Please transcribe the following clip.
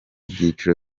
byiciro